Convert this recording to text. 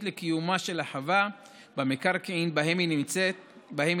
לקיומה של החווה במקרקעין שבהם היא נמצאת.